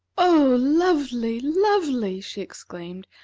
oh, lovely! lovely! she exclaimed.